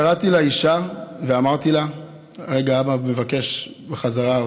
קראתי לאישה ואמרתי לה: רגע, אבא מבקש אותך בחזרה.